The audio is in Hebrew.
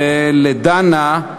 ולדנה,